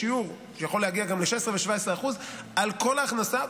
בשיעור שיכול להגיע גם ל-16% ו-17% על כל ההכנסה,